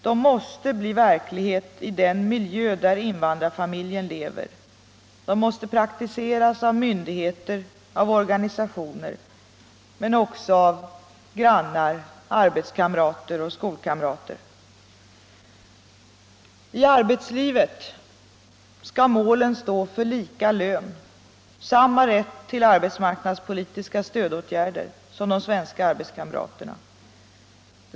De måste bli verklighet i den miljö där invandrarfamiljen lever, de måste praktiseras av myndigheter och organisationer, men också av grannar, arbetskamrater och skolkamrater. I arbetslivet skall målen stå för lika lön och för samma rätt till arbetsmarknadspolitiska stödåtgärder som de svenska arbetskamraterna har.